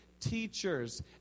Teachers